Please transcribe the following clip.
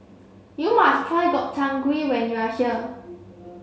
you must try Gobchang Gui when you are here